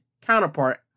counterpart